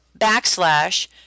backslash